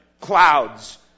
clouds